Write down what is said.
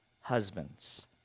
husbands